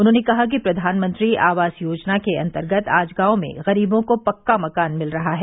उन्होंने कहा कि प्रधानमंत्री आवास योजना के अंतर्गत आज गांवों में गरीबों को पक्का मकान मिल रहा है